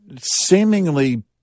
Seemingly